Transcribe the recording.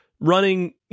running